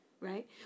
Right